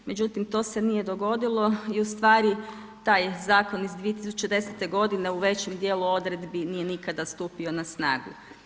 Međutim, to se nije dogodilo i ustvari taj zakon iz 2010. godine u većem dijelu odredbi nije nikada stupio na snagu.